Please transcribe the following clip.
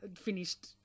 finished